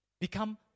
become